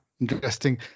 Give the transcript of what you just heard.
Interesting